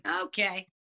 Okay